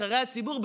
נבחרי הציבור,